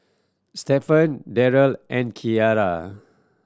Stephen Derrell and Kiarra